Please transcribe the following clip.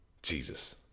Jesus